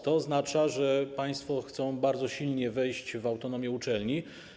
To oznacza, że państwo chcą bardzo silnie wejść w autonomię uczelni.